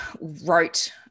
wrote